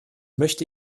möchte